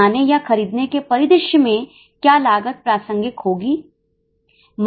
बनाने या खरीदने के परिदृश्य में क्या लागत प्रासंगिक होगी